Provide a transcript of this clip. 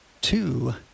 two